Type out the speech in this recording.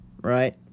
right